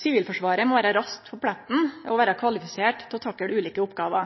Sivilforsvaret må vere raskt på pletten og vere kvalifisert til å takle ulike oppgåver.